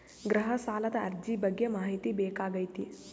ಗೃಹ ಸಾಲದ ಅರ್ಜಿ ಬಗ್ಗೆ ಮಾಹಿತಿ ಬೇಕಾಗೈತಿ?